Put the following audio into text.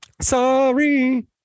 Sorry